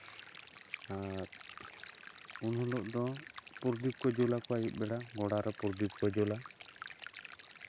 ᱟᱨ ᱩᱱ ᱦᱤᱞᱳᱜ ᱫᱚ ᱯᱨᱚᱫᱤᱯ ᱠᱚ ᱡᱩᱞ ᱟᱠᱚᱣᱟ ᱟᱭᱩᱵ ᱵᱮᱲᱟ ᱜᱚᱲᱟᱨᱮ ᱯᱨᱚᱫᱤᱯ ᱠᱚ ᱡᱩᱞᱟ